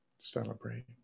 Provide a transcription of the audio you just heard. celebrate